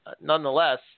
nonetheless